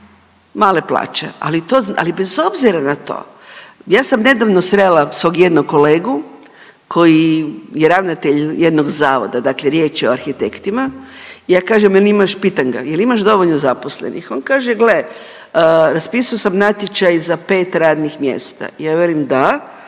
ali to, ali bez obzira na to, ja sam nedavno srela svog jednog kolegu koji je ravnatelj jednog zavoda, dakle riječ je o arhitektima. Ja kažem jel imaš, pitam ga jel imaš dovoljno zaposlenih? On kaže gle raspisao sam natječaj za 5 radnih mjesta. Ja velim da,